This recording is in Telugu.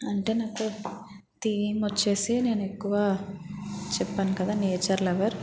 అంటే నాకు థీమ్ వచ్చేసి నేను ఎక్కువ చెప్పాను కదా నేచర్ లవర్